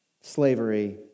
slavery